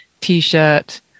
t-shirt